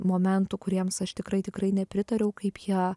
momentų kuriems aš tikrai tikrai nepritariau kaip jie